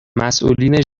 مسئولین